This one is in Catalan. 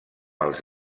els